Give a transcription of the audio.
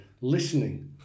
listening